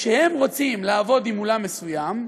כשהם רוצים לעבוד עם אולם מסוים,